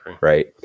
Right